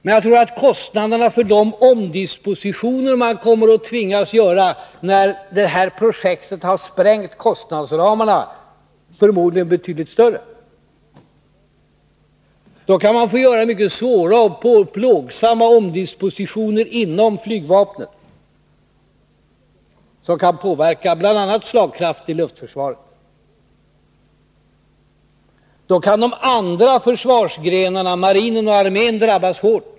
Men jag tror att kostnaderna för de omdispositioner man kommer att tvingas att göra när detta projekt har sprängt kostnadsramarna förmodligen är betydligt större. Då kan man få göra mycket svåra och plågsamma omdispositioner inom flygvapnet som kan påverka bl.a. slagkraften i luftförsvaret. Då kan de andra försvarsgrenarna, marinen och armén, drabbas hårt.